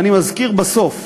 אני מזכיר, בסוף